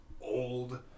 old